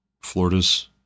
Florida's